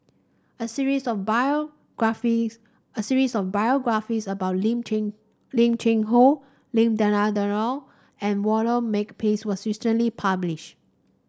a series of biographies a series of biographies about Lim Cheng Lim Cheng Hoe Lim Denan Denon and Walter Makepeace was recently published